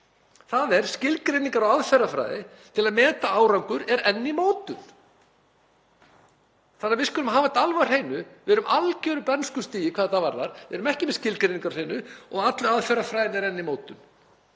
þ.e. skilgreiningar og aðferðafræði til að meta árangur er enn í mótun. Við skulum hafa þetta alveg á hreinu. Við erum á algjöru bernskustigi hvað þetta varðar. Við erum ekki með skilgreiningar á hreinu og öll aðferðafræði er enn í mótun.